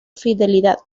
fidelidad